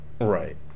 Right